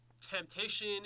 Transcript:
temptation